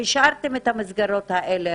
והשארתם את המסגרות האלה